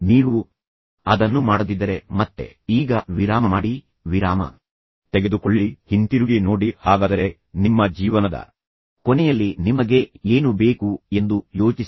ನೀವು ಅದನ್ನು ಮಾಡದಿದ್ದರೆ ಮತ್ತೆ ಈಗ ವಿರಾಮ ಮಾಡಿ ವಿರಾಮ ತೆಗೆದುಕೊಳ್ಳಿ ಹಿಂತಿರುಗಿ ನೋಡಿ ಹಾಗಾದರೆ ನಿಮ್ಮ ಜೀವನದ ಕೊನೆಯಲ್ಲಿ ನಿಮಗೆ ಏನು ಬೇಕು ಎಂದು ಯೋಚಿಸಿ